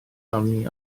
arni